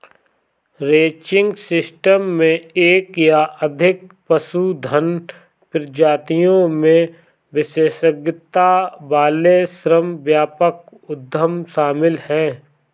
ranching system में एक या अधिक पशुधन प्रजातियों में विशेषज्ञता वाले श्रम व्यापक उद्यम शामिल हैं